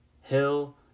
Hill